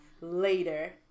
later